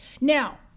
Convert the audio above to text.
Now